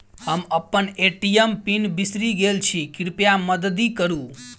हम अप्पन ATM pin बिसरि गेल छी कृपया मददि करू